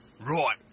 Right